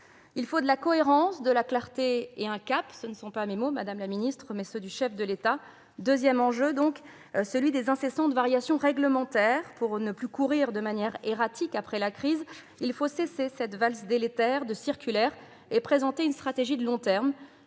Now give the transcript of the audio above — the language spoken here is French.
Il faut de la cohérence, de la clarté et un cap. » Ce ne sont pas mes mots, madame la ministre ; ce sont ceux du chef de l'État. Les incessantes variations réglementaires constituent donc un défi. Pour ne plus courir de manière erratique après la crise, il faut cesser cette valse délétère de circulaires et présenter une stratégie de long terme.